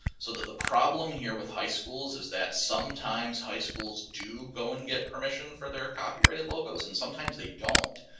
so that the problem here with high schools is that sometimes high schools do go and get permission for their copyrighted logos. and sometimes they don't.